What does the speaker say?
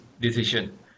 decision